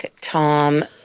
Tom